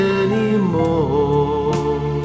anymore